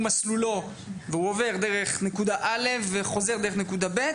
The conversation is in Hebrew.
מסלולו והוא עובר דרך נקודה א' וחוזר דרך נקודה ב'.